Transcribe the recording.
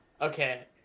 Okay